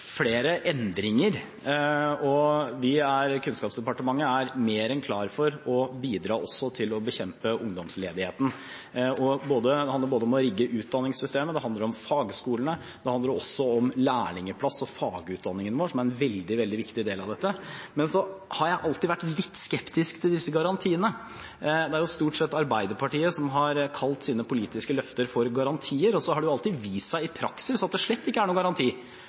flere endringer, og Kunnskapsdepartementet er mer enn klar for å bidra til å bekjempe ungdomsledigheten. Det handler om å rigge utdanningssystemet, det handler om fagskolene og det handler også om lærlingplass og fagutdanningen vår, som er en veldig viktig del av dette. Så har jeg alltid vært litt skeptisk til disse garantiene. Det er jo stort sett Arbeiderpartiet som har kalt sine politiske løfter for garantier, og så har det alltid vist seg i praksis at det slett ikke er noen garanti.